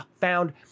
found